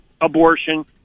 abortion